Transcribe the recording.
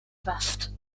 vest